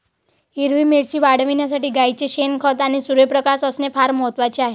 हिरवी मिरची वाढविण्यासाठी गाईचे शेण, खत आणि सूर्यप्रकाश असणे फार महत्वाचे आहे